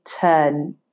turn